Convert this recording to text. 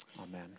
Amen